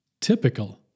Typical